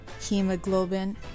hemoglobin